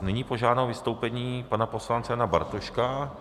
Nyní požádám o vystoupení pana poslance Jana Bartoška.